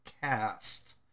cast